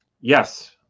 Yes